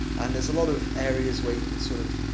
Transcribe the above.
and there's a lot of areas where you could, sort of,